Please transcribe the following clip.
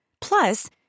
Plus